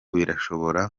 birashobora